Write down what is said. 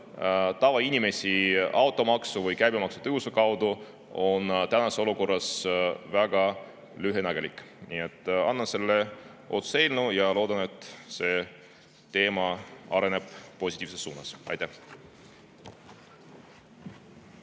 tavainimesi automaksu või käibemaksu tõusu kaudu on tänases olukorras väga lühinägelik. Annan selle otsuse eelnõu üle ja loodame, et see teema areneb positiivses suunas. Aitäh!